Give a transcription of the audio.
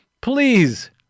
please